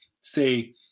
say